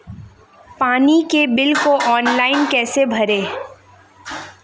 पानी के बिल को ऑनलाइन कैसे भरें?